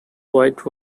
white